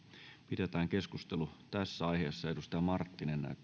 pidetään keskustelu tässä aiheessa edustaja marttinen